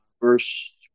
Verse